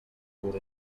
por